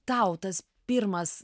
tau tas pirmas